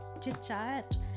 chit-chat